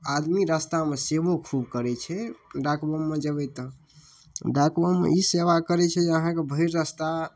आदमी रास्तामे सेवो खूब करै छै डाकबममे जेबै तऽ डाकबम ई सेवा करै छै कि अहाँके भरि रस्ता